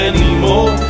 Anymore